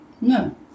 no